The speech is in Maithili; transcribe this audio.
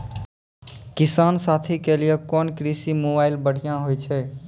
किसान साथी के लिए कोन कृषि मोबाइल बढ़िया होय छै?